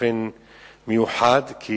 באופן מיוחד, כי